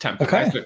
Okay